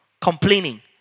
complaining